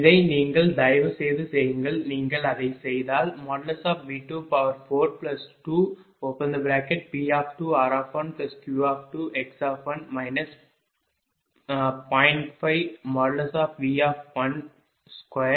இதை நீங்கள் தயவுசெய்து செய்யுங்கள் நீங்கள் அதை செய்தால் V242P2r1Q2x1 0